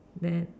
that